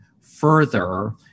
further